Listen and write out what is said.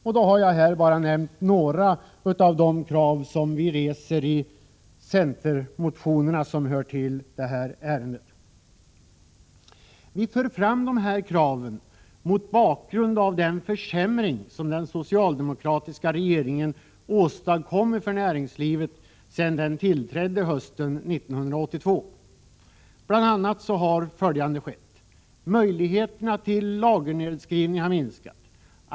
Och då har jag här bara nämnt några av de krav som vi reser i centermotionerna som hör till det här ärendet. Vi för fram dessa krav mot bakgrund av den försämring som den socialdemokratiska regeringen åstadkommit för näringslivet sedan den tillträdde hösten 1982. Bl. a. har följande skett. Möjligheterna till lagernedskrivning har minskat.